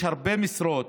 יש הרבה משרות